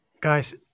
guys